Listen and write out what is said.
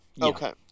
okay